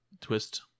twist